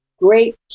great